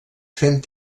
fent